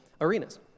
arenas